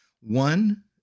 One